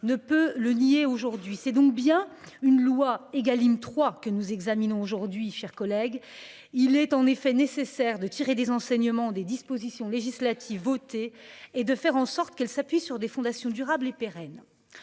ne peut le nier aujourd'hui. C'est donc bien une loi Égalim 3 que nous examinons aujourd'hui, mes chers collègues. Il est en effet nécessaire de tirer les enseignements des dispositions législatives votées et de faire en sorte qu'elles s'appuient sur des fondations durables et pérennes.